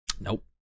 Nope